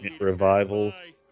revivals